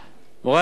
מורי ורבותי,